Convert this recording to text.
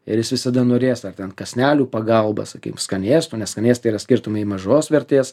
ir jis visada norės ar ten kąsnelių pagalba sakykim skanėstų nes skanėstai yra skirtumai mažos vertės